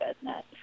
business